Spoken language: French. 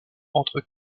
entre